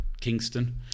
Kingston